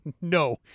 No